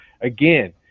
again